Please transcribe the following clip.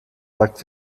sagt